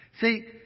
See